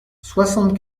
soixante